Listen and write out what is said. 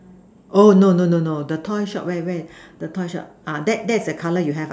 oh no no no no the toy shop where where the toy shop ah that's that's the color you have ah